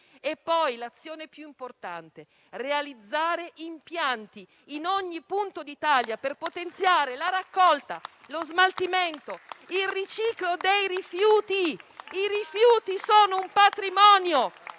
Poi, l'azione più importante: realizzare impianti in ogni punto d'Italia per potenziare la raccolta, lo smaltimento e il riciclo dei rifiuti. I rifiuti sono un patrimonio.